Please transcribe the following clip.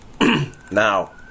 Now